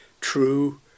true